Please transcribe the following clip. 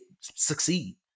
succeed